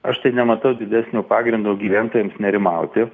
aš tai nematau didesnio pagrindo gyventojams nerimauti